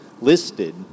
listed